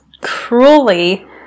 cruelly